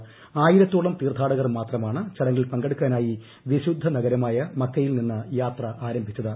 മാത്രമാണ് ആയിരത്തോളം തീർഥാടകർ മാത്രമാണ് ചടങ്ങിൽ പങ്കെടുക്കാനായി വിശുദ്ധ നഗരമായ മക്കയിൽ നിന്ന് യാത്ര ആരംഭിച്ചത്